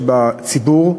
אבל מה לעשות שבציבור,